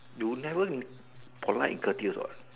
you will never polite in thirty years what